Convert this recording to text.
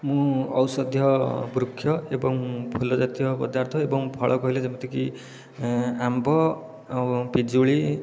ମୁଁ ଔଷଧୀୟ ବୃକ୍ଷ ଏବଂ ଫୁଲ ଜାତୀୟ ପଦାର୍ଥ ଏବଂ ଫଳ କହିଲେ ଯେମିତିକି ଆମ୍ବ ଆଉ ପିଜୁଳି